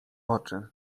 oczy